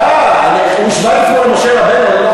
סליחה, הוא השווה את עצמו למשה רבנו.